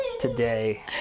today